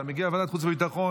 אתה מגיע לוועדת החוץ והביטחון,